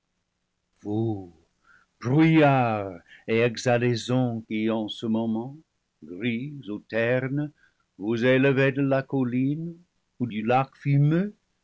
exhalaisons qui en ce moment ce gris ou ternes vous élevez de la colline ou du lac